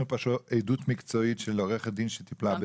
עדות מקצועית של עורכת דין שטיפלה בזה.